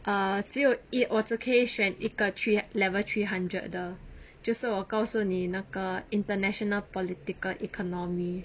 ah 只有一我只可以选一个 three level three hundred 的就是我告诉你那个 international political economy